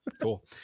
Cool